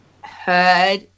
heard